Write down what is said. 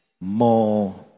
more